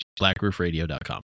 blackroofradio.com